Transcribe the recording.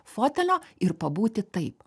fotelio ir pabūti taip